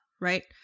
right